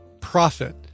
profit